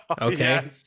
okay